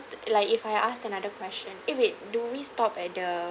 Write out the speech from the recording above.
like if I asked another question eh wait do we stop at the